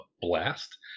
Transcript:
blast